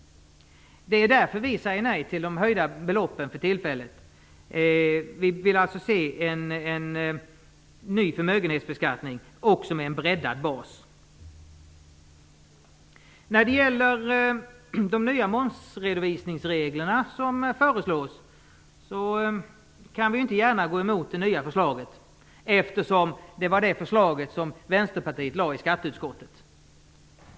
Det är därför vi säger nej till de höjda beloppen för tillfället. Vi vill se en ny förmögenhetsbeskattning, också med en breddad bas. Vi kan inte gärna gå emot det nya förslaget om momsredovisningsreglerna, eftersom det var det förslaget Vänsterpartiet lade i skatteutskottet.